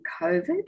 COVID